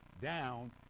down